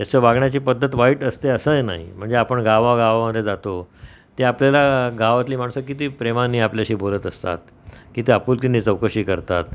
त्याच्या वागण्याची पद्धत वाईट असते असंही नाही म्हणजे आपण गावागावामध्ये जातो ते आपल्याला गावातली माणसं किती प्रेमाने आपल्याशी बोलत असतात किती आपुलकीने चौकशी करतात